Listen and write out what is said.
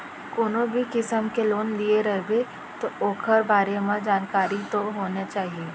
कोनो भी किसम के लोन लिये रबे तौ ओकर बारे म जानकारी तो होने चाही